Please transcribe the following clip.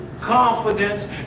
confidence